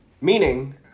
Meaning